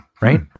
Right